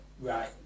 Right